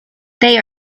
they